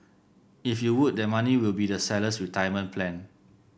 if you would that money will be the seller's retirement plan